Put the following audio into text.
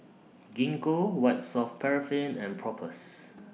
Gingko White Soft Paraffin and Propass